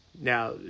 Now